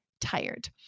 tired